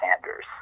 Sanders